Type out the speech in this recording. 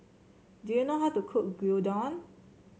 do you know how to cook Gyudon